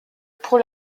pour